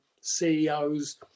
CEOs